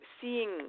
seeing